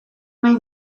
nahi